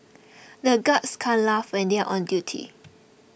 the guards can't laugh when they are on duty